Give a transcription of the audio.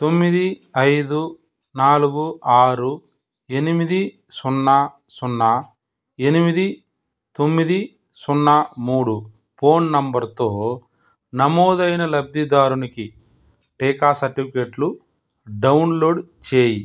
తొమ్మిది ఐదు నాలుగు ఆరు ఎనిమిది సున్నా సున్నా ఎనిమిది తొమ్మిది సున్నా మూడు ఫోన్ నంబరుతో నమోదు అయిన లబ్ధిదారునికి టీకా సర్టిఫికేట్లు డౌన్లోడ్ చేయి